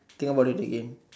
think about it again